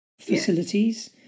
facilities